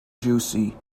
juicy